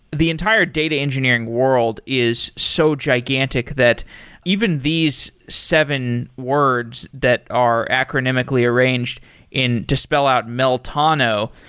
the entire data engineering world is so gigantic that even these seven words that are acronymically arranged in to spell out meltano,